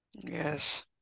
Yes